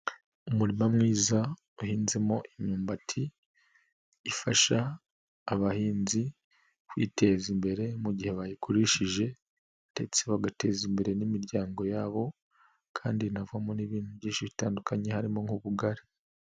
Umurima mwiza uhinzemo imyumbati, ifasha abahinzi kwiteza imbere mu gihe bayigushije ndetse bagateza imbere n'imiryango yabo kandi havamo n'ibintu byinshi bitandukanye harimo nk'ubugari.